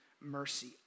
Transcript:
mercy